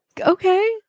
Okay